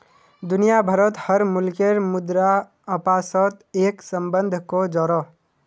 दुनिया भारोत हर मुल्केर मुद्रा अपासोत एक सम्बन्ध को जोड़ोह